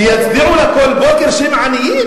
שיצדיעו לה כל בוקר על זה שהם עניים?